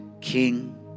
king